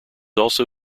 also